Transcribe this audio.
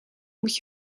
moet